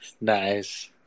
Nice